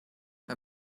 her